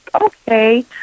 okay